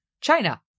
China